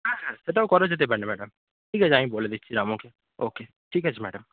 হ্যাঁ হ্যাঁ সেটাও করা যেতে পারে ম্যাডাম ঠিক আছে আমি বলে দিচ্ছি রামুকে ওকে ঠিক আছে ম্যাডাম